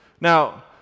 Now